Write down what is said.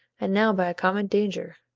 and now by a common danger,